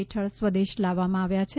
હેઠળ સ્વદેશ લાવવામાં આવ્યા છે